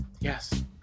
Yes